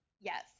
Yes